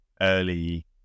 early